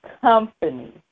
company